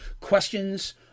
questions